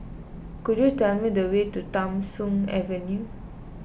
could you tell me the way to Tham Soong Avenue